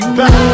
back